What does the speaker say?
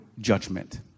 judgment